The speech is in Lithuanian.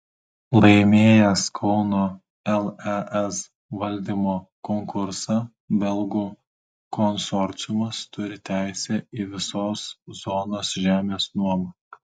laimėjęs kauno lez valdymo konkursą belgų konsorciumas turi teisę į visos zonos žemės nuomą